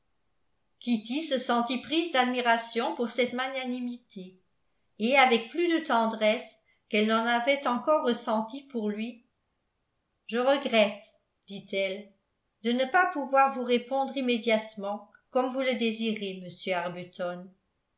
kitty se sentit prise d'admiration pour cette magnanimité et avec plus de tendresse qu'elle n'en avait encore ressenti pour lui je regrette dit-elle de ne pas pouvoir vous répondre immédiatement comme vous le désirez monsieur arbuton